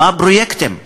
מה הפרויקטים?